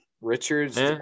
Richards